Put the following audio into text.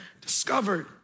discovered